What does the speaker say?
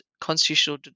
constitutional